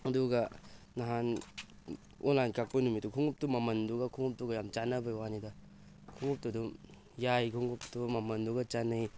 ꯑꯗꯨꯒ ꯅꯍꯥꯟ ꯑꯣꯟꯂꯥꯏꯟ ꯀꯛꯄ ꯅꯨꯃꯤꯠꯇꯨ ꯈꯣꯡꯉꯨꯞꯇꯨ ꯃꯃꯜꯗꯨꯒ ꯈꯣꯡꯉꯨꯞꯇꯨꯒ ꯌꯥꯥꯝ ꯆꯥꯅꯕꯩ ꯋꯥꯅꯤꯗ ꯈꯣꯡꯉꯨꯞꯇꯨ ꯑꯗꯨꯝ ꯌꯥꯏ ꯈꯣꯡꯉꯨꯞꯇꯨ ꯃꯃꯟꯗꯨꯒ ꯆꯥꯅꯩ